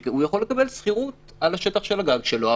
והוא יכול לקבל שכירות על השטח של הגג שלו,